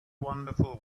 wonderful